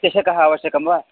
चषकः आवश्यकं वा